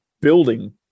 building